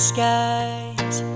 skies